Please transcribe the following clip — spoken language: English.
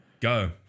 Go